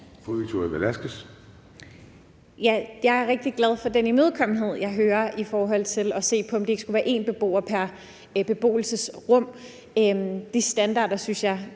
Victoria Velasquez (EL): Jeg er rigtig glad for den imødekommenhed, jeg hører, i forhold til at se på, om det skal være én beboer pr. beboelsesrum. De standarder synes jeg